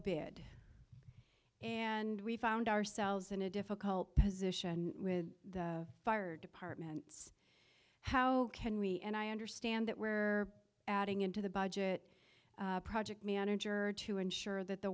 bid and we found ourselves in a difficult position with the fire departments how can we and i understand that we're adding into the budget project manager to ensure that the